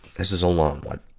this is a long one.